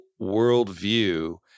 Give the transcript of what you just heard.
worldview